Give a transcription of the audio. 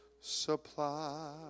supply